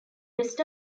rest